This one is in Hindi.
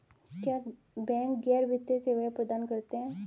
क्या बैंक गैर वित्तीय सेवाएं प्रदान करते हैं?